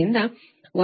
3 10 3 ಮತ್ತು ಇದು 148